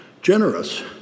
generous